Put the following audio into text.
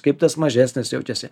kaip tas mažesnis jaučiasi